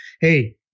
hey